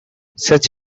such